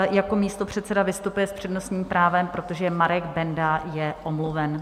Jako místopředseda vystupuje s přednostním právem, protože Marek Benda je omluven.